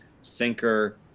sinker